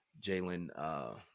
Jalen